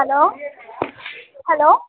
hello hello